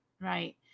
right